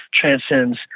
transcends